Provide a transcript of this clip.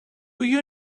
you